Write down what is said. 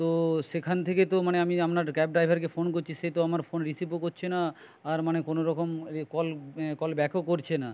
তো সেখান থেকে তো মানে আমি আপনার ক্যাব ড্রাইভারকে ফোন করছি সে তো আমার ফোন রিসিভও করছে না আর মানে কোনওরকম কল কল ব্যাকও করছে না